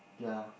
their